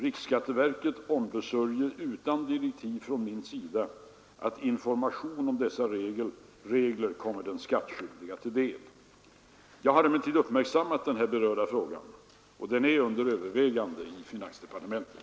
Riksskatteverket ombesörjer utan direktiv från min sida att information om dessa regler kommer de skattskyldiga till del. Jag har emellertid uppmärksammat den här berörda frågan, och den är under övervägande i finansdepartementet.